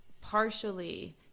partially